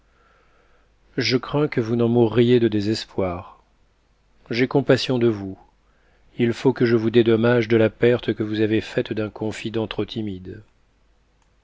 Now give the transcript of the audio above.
je crains que vous n'en mouriez de désespoir j'ai compassion de vous il faut que je vous dédommage de la perte que vous avez faite d'un confident trop timide